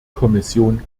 kommission